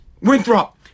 Winthrop